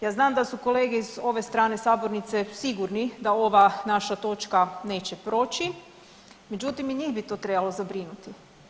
Ja znam da su kolege iz ove strane sabornice sigurni da ova naša točka neće proći, međutim, i njih bi to trebalo zabrinuti.